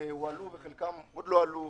הועלו וחלקם עוד לא עלו,